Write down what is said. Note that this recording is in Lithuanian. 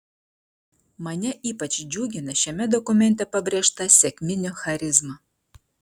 mane ypač džiugina šiame dokumente pabrėžta sekminių charizma